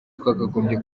twakagombye